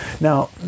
Now